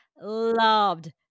loved